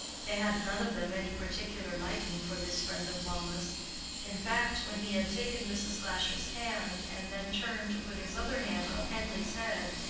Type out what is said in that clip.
they had none of them any particular liking for this friend of mamma's in fact, when he had taken mrs. glasher's hand and then turned to put his other hand on henleigh's head,